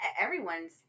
everyone's